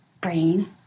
brain